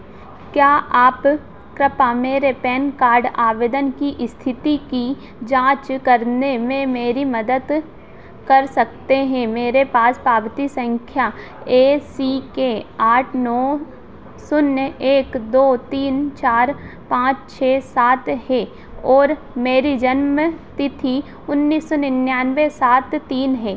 क्या आप कृपया मेरे पैन कार्ड आवेदन की स्थिति की जाँच करने में मेरी मदद कर सकते हैं मेरे पास पावती संख्या ए सी के आठ नौ शून्य एक दो तीन चार पाँच छः सात है और मेरी जन्मतिथि उन्नीस सौ निन्यानवे सात तीन है